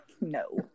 No